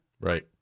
Right